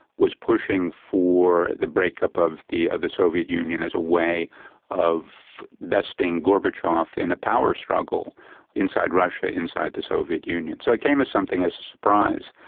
was pushing for the break-up of the of the soviet union as a way of besting gorbachev in a power struggle inside russia, inside the soviet union. so it came as something of a surprise,